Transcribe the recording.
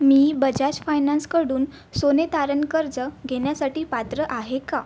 मी बजाज फायनान्सकडून सोने तारण कर्ज घेण्यासाठी पात्र आहे का